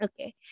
Okay